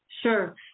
Sure